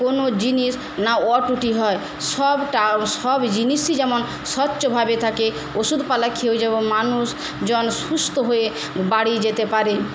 কোনো জিনিস না ত্রুটি হয় সবটা সব জিনিসই যেমন স্বচ্ছ্বভাবে থাকে ওষুধপালা খেয়েও যেমন মানুষ জন সুস্থ হয়ে বাড়ি যেতে পারে